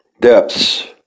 depths